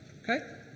okay